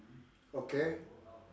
okay